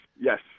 yes